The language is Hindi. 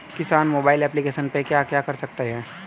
किसान मोबाइल एप्लिकेशन पे क्या क्या कर सकते हैं?